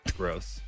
gross